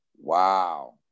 Wow